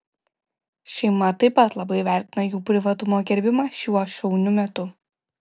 šeima taip pat labai vertina jų privatumo gerbimą šiuo šauniu metu